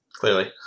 clearly